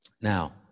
Now